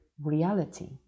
reality